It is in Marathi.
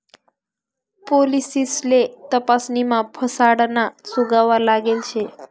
पोलिससले तपासणीमा फसाडाना सुगावा लागेल शे